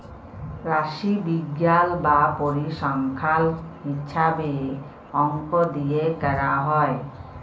রাশিবিজ্ঞাল বা পরিসংখ্যাল হিছাবে অংক দিয়ে ক্যরা হ্যয়